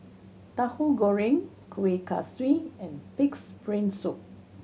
Tauhu Goreng Kuih Kaswi and Pig's Brain Soup